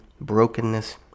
brokenness